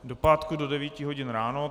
Do pátku do devíti hodin ráno.